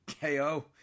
KO